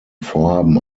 vorhaben